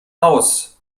aus